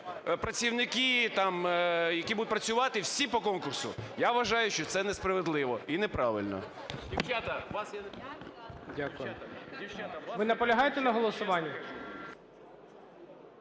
працівники, які там будуть працювати, всі по конкурсу. Я вважаю, що це несправедливо і неправильно. ГОЛОВУЮЧИЙ. Ви наполягаєте на голосуванні?